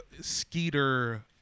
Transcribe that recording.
Skeeter